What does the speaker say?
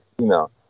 email